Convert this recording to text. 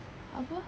apa